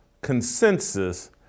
consensus